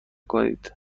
کنید